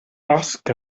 ask